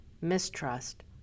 mistrust